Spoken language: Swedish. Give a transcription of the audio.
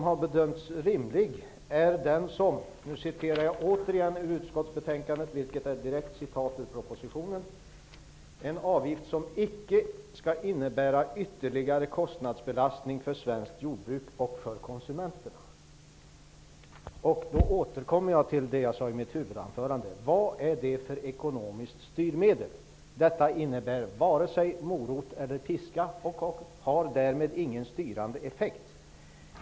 Herr talman! Den avgift som har bedömts rimlig är en avgift som icke skall innebära ytterligare kostnadsbelastning för svenskt jordbruk och för konsumenterna. Detta står i betänkandet och i propositionen. Då återkommer jag till det som jag sade i mitt huvudanförande. Vad är detta för ekonomiskt styrmedel? Det innebär vare sig morot eller piska och har därmed ingen styrande effekt.